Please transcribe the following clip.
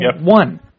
One